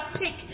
pick